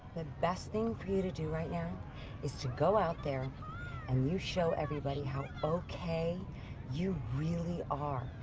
the best thing for you to do right now is to go out there and you show everybody how okay you really are,